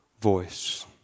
voice